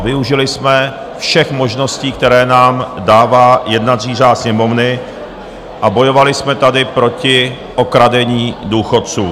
Využili jsme všech možností, které nám dává jednací řád Sněmovny, a bojovali jsme tady proti okradení důchodců.